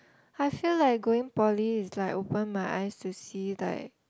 I feel like going poly is like open my eyes to see like